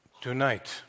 Tonight